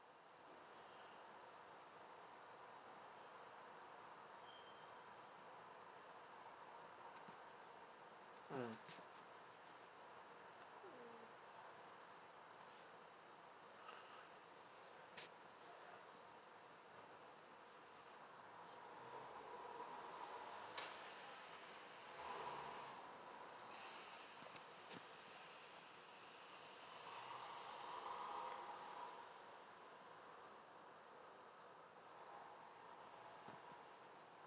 mm